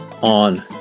on